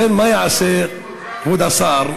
לכן, מה יעשה כבוד השר,